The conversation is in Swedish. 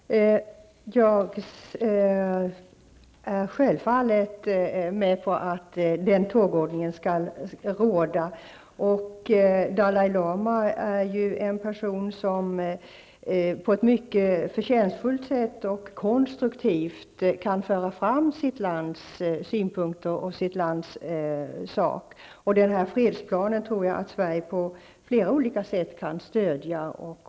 Fru talman! Jag är självfallet med på att den tågordningen skall råda. Dalai Lama är ju en person som på ett mycket förtjänstfullt och konstruktivt sätt kan föra fram sitt lands synpunkter och sitt lands sak. Denna fredsplan tror jag att Sverige på flera olika sätt kan stödja.